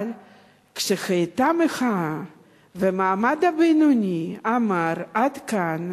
אבל היתה מחאה והמעמד הבינוני אמר "עד כאן",